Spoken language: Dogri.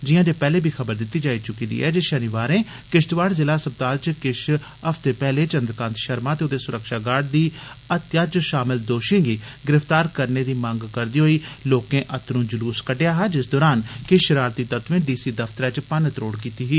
जियां जे पैहले बी खबर दित्ती जाई चुकी दी ऐ जे किश्तवाड़ जिला असपताल च किश हफ्ते पैहले चंद्रकांत शर्मा ते उन्दे सुरक्षा गार्ड दी हत्या च शामल दोषिएं गी गिरफतार करने दी मंग करदे होई लोकें अतरू जलूस कड्डेया हा जिस दोरान किश शरारती तत्वें डी सी दफतरै च भन्न त्रोड़ कीत्ती ही